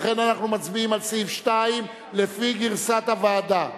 לכן אנחנו מצביעים על סעיף 2 לפי גרסת הוועדה,